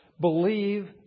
believe